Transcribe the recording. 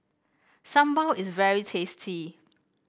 sambal is very tasty